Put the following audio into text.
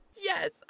Yes